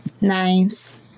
Nice